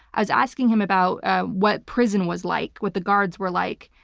i was asking him about what prison was like, what the guards were like,